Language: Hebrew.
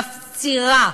מפצירה,